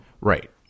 Right